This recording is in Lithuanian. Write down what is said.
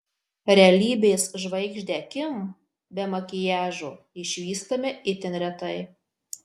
realybės žvaigždę kim be makiažo išvystame itin retai